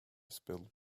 spilled